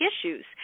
issues